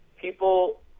people